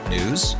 News